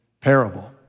parable